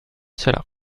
cela